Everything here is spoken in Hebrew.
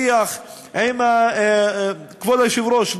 כבוד היושב-ראש,